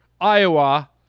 Iowa